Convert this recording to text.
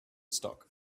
stock